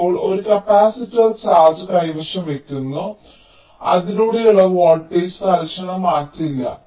ഇപ്പോൾ ഒരു capacitor charge കൈവശം വയ്ക്കുന്നു അതിലൂടെയുള്ള വോൾട്ടേജ് തൽക്ഷണം മാറ്റില്ല